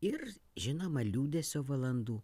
ir žinoma liūdesio valandų